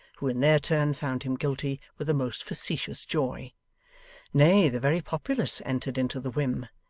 who in their turn found him guilty with a most facetious joy nay, the very populace entered into the whim,